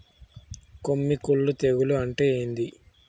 కొమ్మి కుల్లు తెగులు అంటే ఏంది?